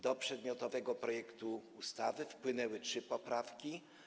Do przedmiotowego projektu ustawy wpłynęły trzy poprawki.